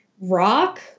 rock